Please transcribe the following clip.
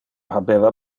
habeva